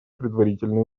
предварительные